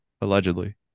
allegedly